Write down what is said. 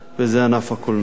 וזה ענף הקולנוע.